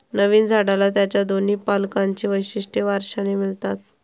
नवीन झाडाला त्याच्या दोन्ही पालकांची वैशिष्ट्ये वारशाने मिळतात